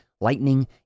Lightning